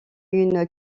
une